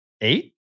Eight